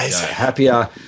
happier